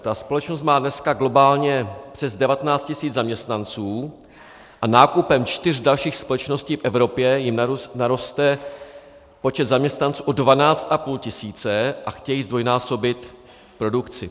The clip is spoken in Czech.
Ta společnost má dneska globálně přes 19 tisíc zaměstnanců a nákupem čtyř dalších společností v Evropě jim naroste počet zaměstnanců o 12,5 tisíce a chtějí zdvojnásobit produkci.